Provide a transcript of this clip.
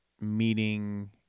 meeting